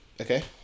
Okay